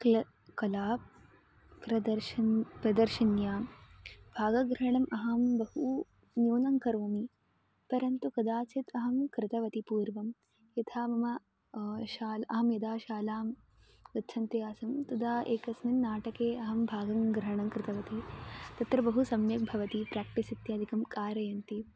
क्ल कला प्रदर्शिनी प्रदर्शिन्यां भागग्रहणम् अहं बहु न्यूनं करोमि परन्तु कदाचित् अहं कृतवती पूर्वं यथा मम शाला अहं यदा शालां गच्छन्ती आसं तदा एकस्मिन् नाटके अहं भागग्रहणं कृतवती तत्र बहु सम्यक् भवति प्रक्टिस् इत्यादिकं कारयन्ति